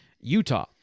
Utah